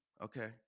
Okay